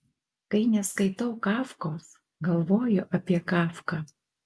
kai neskaitau kafkos galvoju apie kafką